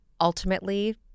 ultimately